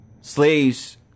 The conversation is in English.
slaves